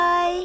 Bye